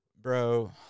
bro